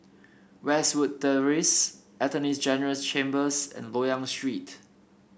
Westwood Terrace Attorney General's Chambers and Loyang Street